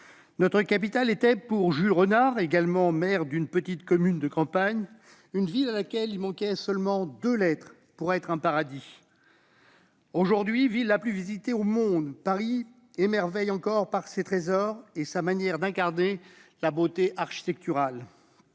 Notre capitale était pour l'écrivain Jules Renard, également maire d'une petite commune de campagne, une ville à laquelle il manquait seulement deux lettres pour être un « paradis »... Ville la plus visitée au monde, Paris émerveille encore par ses trésors et sa manière d'incarner la beauté architecturale.